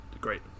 great